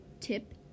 Tip